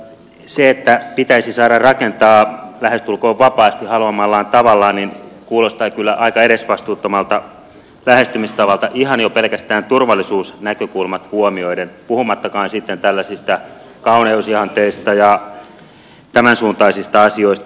se että pitäisi saada rakentaa lähestulkoon vapaasti haluamallaan tavalla kuulostaa kyllä aika edesvastuuttomalta lähestymistavalta ihan jo pelkästään turvallisuusnäkökulmat huomioiden puhumattakaan kauneusihanteista ja tämän suuntaisista asioista